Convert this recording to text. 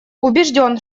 убежден